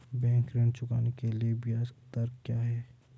Bank ऋण चुकाने के लिए ब्याज दर क्या है?